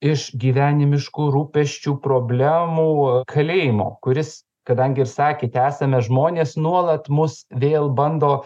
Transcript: iš gyvenimiškų rūpesčių problemų kalėjimo kuris kadangi ir sakėte esame žmonės nuolat mus vėl bando